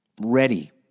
ready